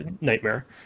nightmare